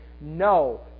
no